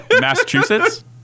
Massachusetts